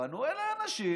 פנו אליי אנשים